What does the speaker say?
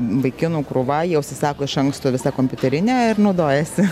vaikinų krūva jie užsisako iš anksto visą kompiuterinę ir naudojasi